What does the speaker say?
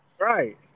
Right